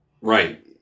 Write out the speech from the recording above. Right